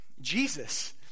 Jesus